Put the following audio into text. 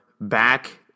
back